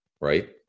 Right